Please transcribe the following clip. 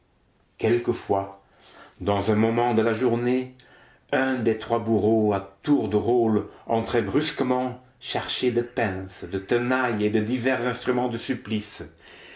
quelquefois dans un moment de la journée un des trois bourreaux à tour de rôle entrait brusquement chargé de pinces de tenailles et de divers instruments de supplice